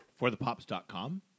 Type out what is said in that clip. Forthepops.com